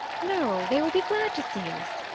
no, they will be glad to see us.